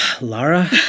Lara